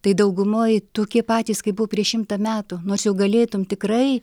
tai daugumoj tokie patys kaip buvo prieš šimtą metų nors jau galėtum tikrai